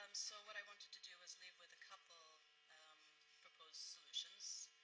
um so what i wanted to do is leave with a couple proposed solutions.